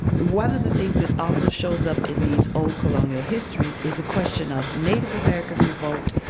one of the things that also shows up in these old colonial histories is a question of native american revolt,